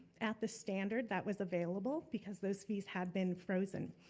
at the standard that was available, because those fees had been frozen,